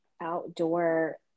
outdoor